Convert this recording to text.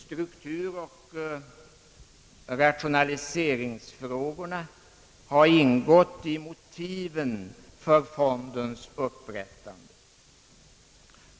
Strukturoch rationaliseringsfrågorna har ingått i motiven för fondens upprättande.